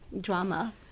drama